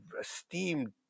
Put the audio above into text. esteemed